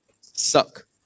suck